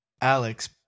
Alex